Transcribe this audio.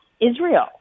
Israel